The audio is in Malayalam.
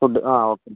ഫുഡ് ആ ഓക്കെ